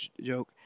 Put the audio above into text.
joke